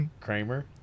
Kramer